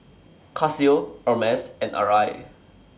Casio Hermes and Arai